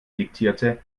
diktierte